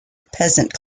peasant